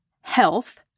health